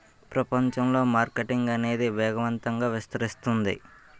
ప్రపంచంలో మార్కెటింగ్ అనేది వేగవంతంగా విస్తరిస్తుంది